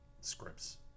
scripts